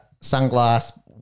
sunglass